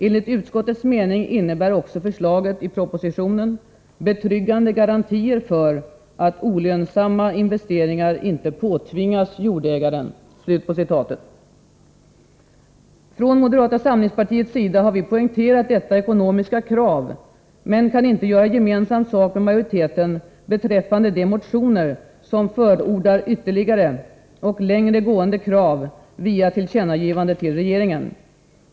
Enligt utskottets mening innebär också förslaget i propositionen betryggande garantier för att olönsamma investeringar inte påtvingas jordägaren.” Från moderata samlingspartiets sida har vi poängterat detta ekonomiska krav men kan inte göra gemensam sak med majoriteten beträffande de motioner som förordar ytterligare och längre gående krav via tillkännagivandet till regeringen.